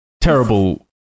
terrible